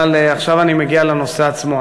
אבל עכשיו אני מגיע לנושא עצמו.